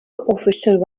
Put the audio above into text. official